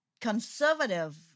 conservative